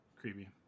creepy